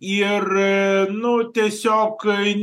ir nu tiesiog